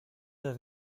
does